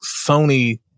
Sony